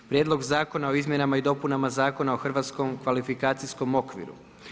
Prijedlog zakona o izmjenama i dopunama Zakona o hrvatskom kvalifikacijskom okviru.